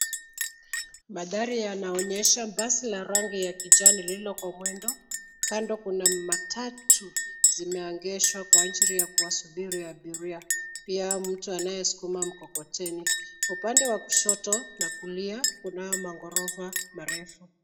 Mandhari yanaonyesha basi ya rangi la kijani lililo kwa mwendo. Kando kuna matatu zimeegeshwa kwa ajili ya kuwasubiri abiria, pia mtu anayesukuma mkokoteni. Upande wa kushoto na kulia kunayo maghorofa marefu.